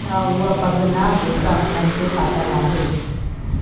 छा उहा पॻ ना जेका हुननि खे पातल आहे